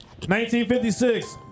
1956